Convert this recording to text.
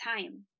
time